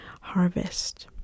harvest